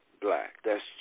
black—that's